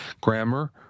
grammar